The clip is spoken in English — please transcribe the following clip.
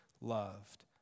loved